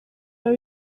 biba